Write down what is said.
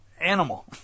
Animal